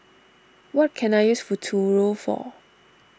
what can I use Futuro for